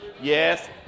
Yes